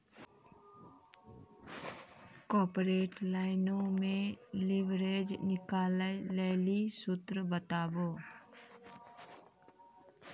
corporate लाइनो मे leverage निकालै लेली सूत्र बताबो